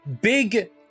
big